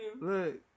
Look